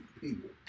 people